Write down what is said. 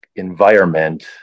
environment